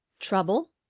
trouble?